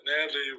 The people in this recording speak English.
natalie